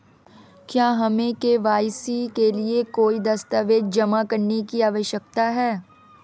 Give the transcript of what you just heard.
क्या हमें के.वाई.सी के लिए कोई दस्तावेज़ जमा करने की आवश्यकता है?